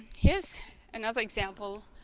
here's another example